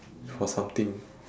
for something